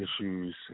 issues